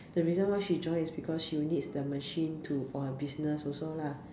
the reason why she joins is because she needs the machine to for her business also lah